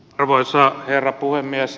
arvoisa herra puhemies